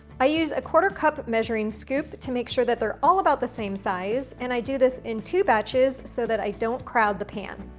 i use a quarter cup measuring scoop to make sure that they're all about the same size, and i do this in two batches so that i don't crowd the pan.